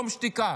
דום שתיקה.